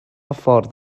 ffordd